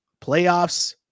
Playoffs